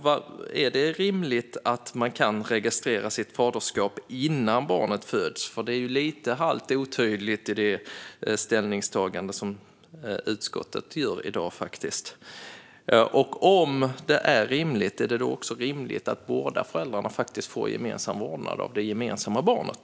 Är det rimligt att man kan registrera sitt faderskap innan barnet föds? Det är lite halvt otydligt i det ställningstagande som utskottet gör i dag. Och om det är rimligt - är det då också rimligt att båda föräldrarna får gemensam vårdnad om det gemensamma barnet?